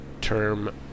term